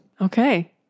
Okay